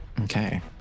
Okay